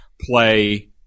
play